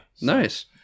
Nice